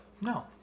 No